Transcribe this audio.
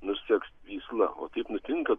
nuseks vysla o taip nutinka